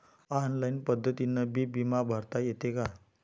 Online पद्धतीनं बी बिमा भरता येते का?